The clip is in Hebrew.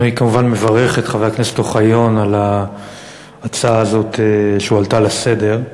אני כמובן מברך את חבר הכנסת אוחיון על ההצעה הזאת שהועלתה לסדר-היום.